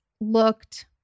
looked